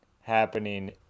happening